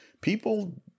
People